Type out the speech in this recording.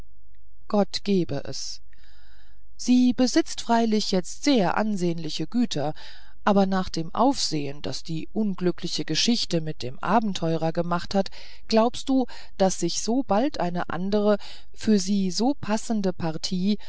gott gebe es sie besitzt freilich jetzt sehr ansehnliche güter aber nach dem aufsehen das die unglückliche geschichte mit dem abenteurer gemacht hat glaubst du daß sich sobald eine andere für sie so passende partie